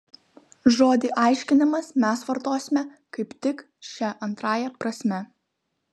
žodį aiškinimas mes vartosime kaip tik šia antrąja prasme